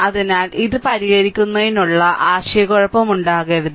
അതിനാൽ ഇത് പരിഹരിക്കുന്നതിൽ ആശയക്കുഴപ്പം ഉണ്ടാകരുത്